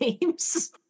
games